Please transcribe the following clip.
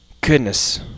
Goodness